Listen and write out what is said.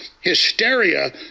hysteria